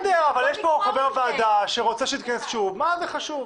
כי יש פה חבר ועדה שרוצה שנתכנס שוב, מה זה חשוב?